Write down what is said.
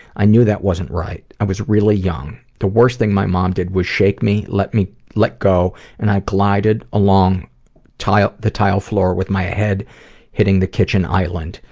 i knew that wasn't right. i was really young. the worst thing my mom did was shake me, let me let go, and i glided along the tile floor with my head hitting the kitchen island.